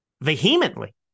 vehemently